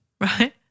right